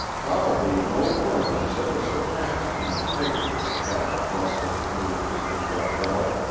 probably no firm has ever surpassed in integrity that of russell, majors, and waddell,